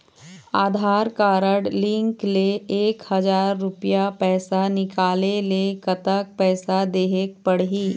आधार card link ले एक हजार रुपया पैसा निकाले ले कतक पैसा देहेक पड़ही?